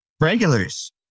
regulars